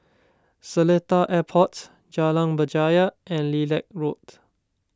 Seletar Airport Jalan Berjaya and Lilac Road